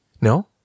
No